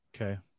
okay